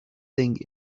thing